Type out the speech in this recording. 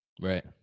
Right